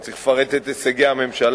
אני צריך לפרט את הישגי הממשלה,